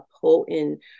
potent